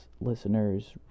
listeners